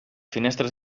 finestres